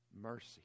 mercy